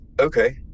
Okay